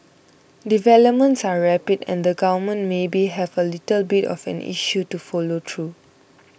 developments are rapid and the governments maybe have a little bit of an issue to follow through